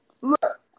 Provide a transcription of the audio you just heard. Look